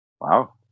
Wow